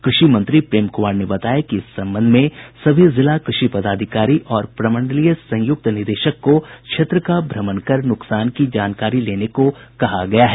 कृषि मंत्री प्रेम कुमार ने बताया कि इस संबंध में सभी जिला कृषि पदाधिकारी और प्रमंडलीय संयुक्त निदेशक को क्षेत्र का भ्रमण कर नुकसान की जानकारी लेने को कहा गया है